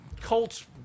Colts